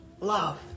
love